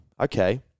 okay